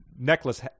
necklace